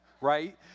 right